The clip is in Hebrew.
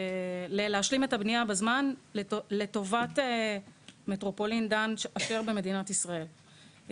ולהשלים את הבנייה בזמן לטובת מטרופולין דן שבמדינת ישראל.